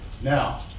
Now